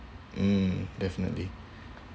mm definitely